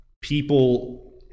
people